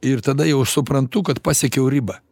ir tada jau suprantu kad pasiekiau ribą